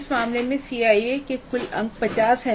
इस मामले में सीआईई के लिए कुल अंक 50 हैं